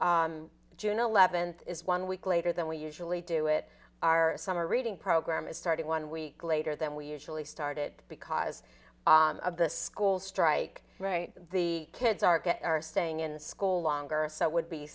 june eleventh is one week later than we usually do it our summer reading program is starting one week later than we usually started because of the school strike right the kids are get are staying in school longer so it would be